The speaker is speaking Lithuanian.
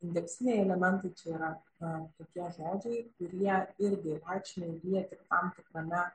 indeksiniai elementai čia yra na tokie žodžiai kurie irgi reikšmę įgyja tik tam tikrame